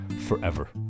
forever